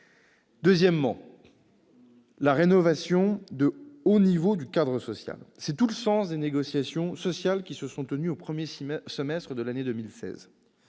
Deuxièmement, une rénovation de haut niveau du cadre social a été engagée. C'est tout le sens des négociations sociales qui se sont tenues au premier semestre de l'année 2016.